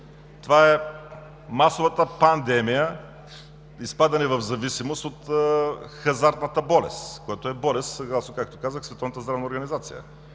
това е масовата пандемия, изпадане в зависимост от хазартната болест, което е болест, както казах,